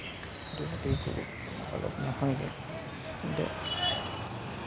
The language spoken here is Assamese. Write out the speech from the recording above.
এইটো হেৰি অলপ নহয়গে কিন্তু